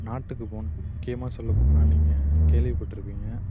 நாட்டுக்கு போகணும் முக்கியமாக சொல்ல போணுனால் நீங்கள் கேள்விப்பட்டிருப்பீங்க